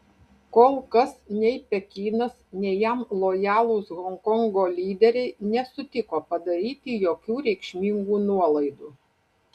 kol kas nei pekinas nei jam lojalūs honkongo lyderiai nesutiko padaryti jokių reikšmingų nuolaidų